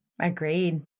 Agreed